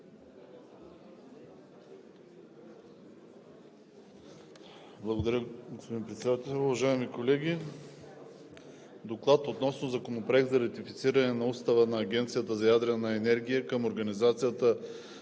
Благодаря, господин Председател. Уважаеми колеги! „ДОКЛАД относно Законопроект за ратифициране на Устава на Агенцията за ядрена енергия към Организацията